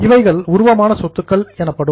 இவைகள் உருவமான சொத்துக்கள் எனப்படும்